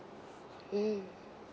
mm